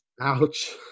Ouch